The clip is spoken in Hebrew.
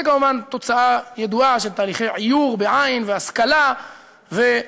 זה כמובן תוצאה ידועה של תהליכי עיור והשכלה וחדירה